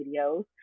videos